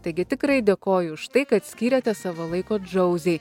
taigi tikrai dėkoju už tai kad skyrėte savo laiko džauzei